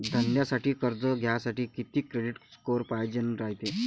धंद्यासाठी कर्ज घ्यासाठी कितीक क्रेडिट स्कोर पायजेन रायते?